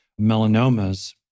melanomas